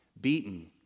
beaten